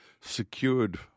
secured